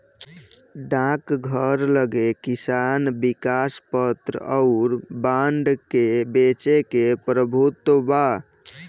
डाकघर लगे किसान विकास पत्र अउर बांड के बेचे के प्रभुत्व बा